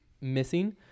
missing